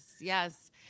yes